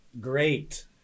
great